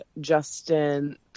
Justin